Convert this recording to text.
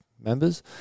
members